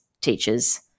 teachers